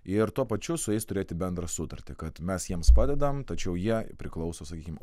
ir tuo pačiu su jais turėti bendrą sutartį kad mes jiems padedam tačiau jie priklauso sakykim